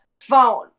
phone